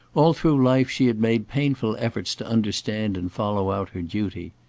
all through life she had made painful efforts to understand and follow out her duty.